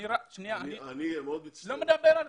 אני מצטער.